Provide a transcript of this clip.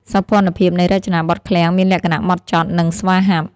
សោភ័ណភាពនៃរចនាបថឃ្លាំងមានលក្ខណៈហ្មត់ចត់ និងស្វាហាប់។